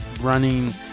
running